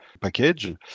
package